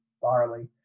barley